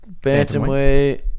Bantamweight